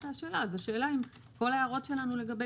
השאלה היא האם לא להעיר את כל ההערות שלנו לגבי